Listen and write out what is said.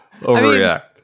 Overreact